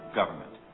government